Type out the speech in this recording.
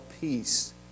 peace